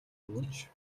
өгөөч